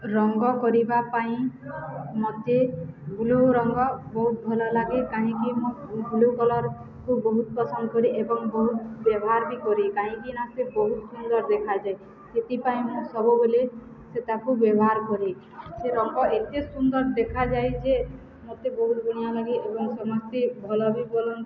ରଙ୍ଗ କରିବା ପାଇଁ ମୋତେ ବ୍ଲୁ ରଙ୍ଗ ବହୁତ ଭଲ ଲାଗେ କାହିଁକି ମୁଁ ବ୍ଲୁ କଲର୍କୁ ବହୁତ ପସନ୍ଦ କରେ ଏବଂ ବହୁତ ବ୍ୟବହାର ବି କରେ କାହିଁକିନା ସେ ବହୁତ ସୁନ୍ଦର ଦେଖାଯାଏ ସେଥିପାଇଁ ମୁଁ ସବୁବେଳେ ସେ ତାକୁ ବ୍ୟବହାର କରେ ସେ ରଙ୍ଗ ଏତେ ସୁନ୍ଦର ଦେଖାଯାଏ ଯେ ମୋତେ ବହୁତ ବଢ଼ିଆଁ ଲାଗେ ଏବଂ ସମସ୍ତେ ଭଲ ବି ବୋଲନ୍ତି